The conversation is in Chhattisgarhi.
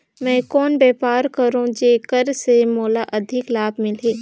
मैं कौन व्यापार करो जेकर से मोला अधिक लाभ मिलही?